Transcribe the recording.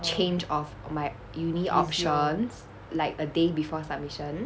change of my uni options like a day before submission